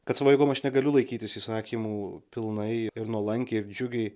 kad savo jėgom aš negaliu laikytis įsakymų pilnai ir nuolankiai ir džiugiai